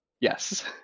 Yes